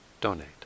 donate